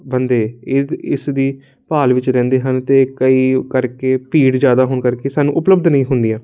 ਬੰਦੇ ਇਦ ਇਸਦੀ ਭਾਲ ਵਿੱਚ ਰਹਿੰਦੇ ਹਨ ਅਤੇ ਕਈ ਕਰਕੇ ਭੀੜ ਜ਼ਿਆਦਾ ਹੋਣ ਕਰਕੇ ਸਾਨੂੰ ਉਪਲੱਬਧ ਨਹੀਂ ਹੁੰਦੀਆਂ